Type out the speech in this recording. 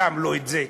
שם לו את זה: